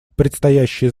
предстоящие